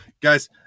Guys